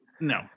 no